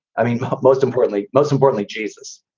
i mean, most importantly, most importantly, jesus.